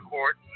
Court